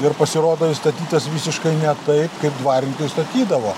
ir pasirodo jis statytas visiškai ne taip kaip dvarvietėj statydavo